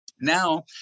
Now